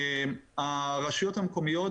הרשויות המקומיות,